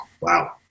Wow